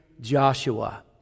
Joshua